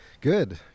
Good